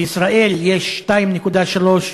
בישראל משאיות הן 2.3%,